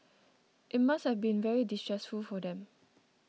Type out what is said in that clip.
it must have been very distressful for them